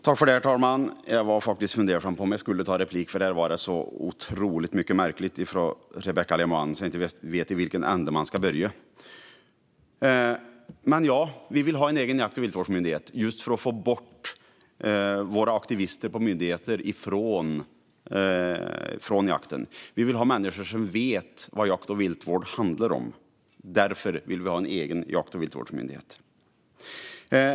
Herr talman! Jag var faktiskt fundersam till om jag skulle ta replik på Rebecka Le Moine eftersom det var så otroligt mycket märkligt i hennes anförande att jag inte vet i vilken ände jag ska börja. Ja, vi vill ha en egen jakt och viltvårdsmyndighet just för att få bort våra aktivister på myndigheter från jakten. Vi vill ha människor som vet vad jakt och viltvård handlar om. Därför vill vi ha en egen jakt och viltvårdsmyndighet.